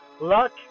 Luck